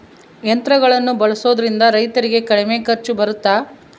ಯಂತ್ರಗಳನ್ನ ಬಳಸೊದ್ರಿಂದ ರೈತರಿಗೆ ಕಡಿಮೆ ಖರ್ಚು ಬರುತ್ತಾ?